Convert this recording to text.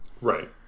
Right